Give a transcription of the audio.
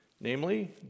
Namely